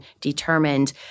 determined